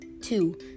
two